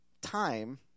time